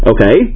Okay